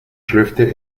schlürfte